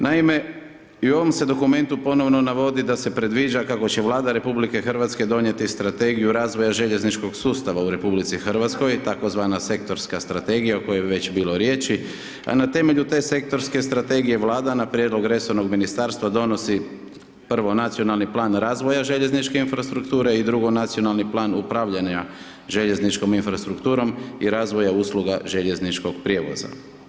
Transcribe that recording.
Naime, i u ovom se dokumentu ponovno navodi da se predviđa kako će Vlada RH donijeti strategiju razvoja željezničkog sustava u RH tzv. Sektorska strategija o kojoj je već bilo riječi, a na temelju te Sektorske strategije, Vlada na prijedlog resornog Ministarstva donosi prvo, Nacionalni plan razvoja željezničke infrastrukture i drugo, Nacionalni plan upravljanja željezničkom infrastrukturom i razvoja usluga željezničkog prijevoza.